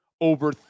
over